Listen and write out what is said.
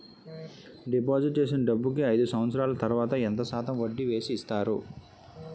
Deposit చేసిన డబ్బుకి అయిదు సంవత్సరాల తర్వాత ఎంత శాతం వడ్డీ వేసి ఇస్తారు?